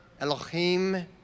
Elohim